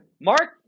Mark